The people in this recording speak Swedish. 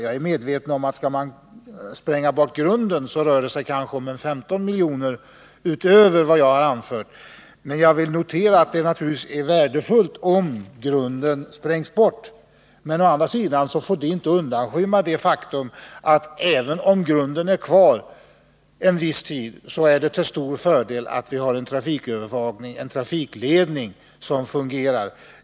Jag är medveten om att det kanske rör sig om 15 milj.kr. utöver vad jag har anfört, om grunden skall sprängas bort. Men jag vill notera att det naturligtvis är värdefullt om grunden verkligen sprängs bort. Å andra sidan får inte det undanskymma det faktum att det, även om grunden är kvar en viss tid, är till stor fördel om vi har en trafikledning som fungerar.